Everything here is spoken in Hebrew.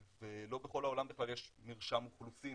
ולא בכל העולם בכלל יש מרשם אוכלוסין